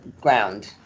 ground